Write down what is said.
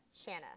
Shanna